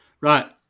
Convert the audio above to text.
Right